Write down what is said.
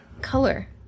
Color